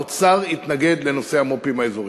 האוצר התנגד לנושא המו"פים האזוריים.